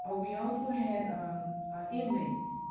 ah we also had inmates,